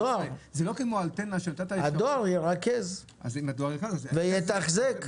הדואר ירכז ויתחזק.